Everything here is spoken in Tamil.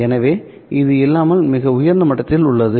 எனவே இது இல்லாமல் மிக உயர்ந்த மட்டத்தில் உள்ளது